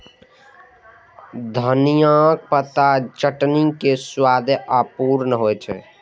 धनियाक पातक चटनी के स्वादे अपूर्व होइ छै